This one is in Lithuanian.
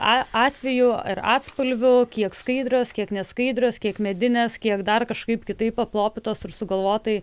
atvejų ir atspalvių kiek skaidrios kiek neskaidrios kiek medinės kiek dar kažkaip kitaip aplopytos ir sugalvotai